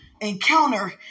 encounter